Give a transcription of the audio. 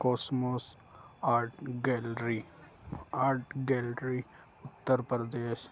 cosmos art gallery art gallery Uttar Pradesh